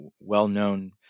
well-known